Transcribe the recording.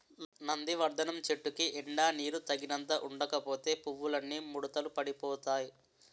నందివర్థనం చెట్టుకి ఎండా నీరూ తగినంత ఉండకపోతే పువ్వులన్నీ ముడతలు పడిపోతాయ్